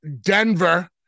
Denver